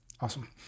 awesome